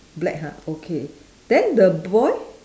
black ha okay then the boy